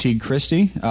Christie